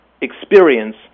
experience